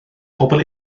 pobl